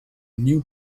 new